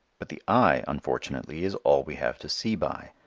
but the eye unfortunately is all we have to see by.